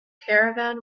caravan